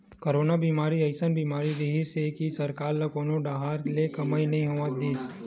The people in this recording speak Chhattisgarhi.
करोना बेमारी अइसन बीमारी रिहिस हे कि सरकार ल कोनो डाहर ले कमई नइ होवन दिस